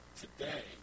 today